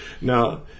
Now